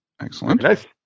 excellent